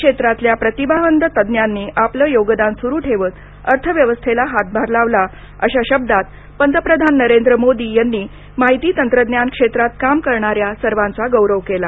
क्षेत्रातल्या प्रतिभावंत तज्ञांनी आपलं योगदान सुरू ठेवत अर्थव्यवस्थेला हातभार लावला अशा शब्दात पंतप्रधान नरेंद्र मोदी यांनी माहिती तंत्रज्ञान क्षेत्रात काम करणाऱ्या सर्वांचा गौरव केला